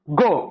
go